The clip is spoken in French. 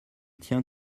tient